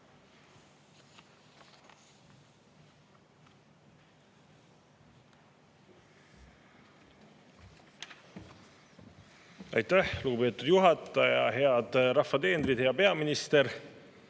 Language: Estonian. Aitäh, lugupeetud juhataja! Head rahvateenrid! Hea peaminister!